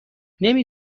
نمی